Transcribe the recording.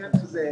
בעניין הזה.